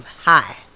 Hi